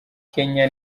kenya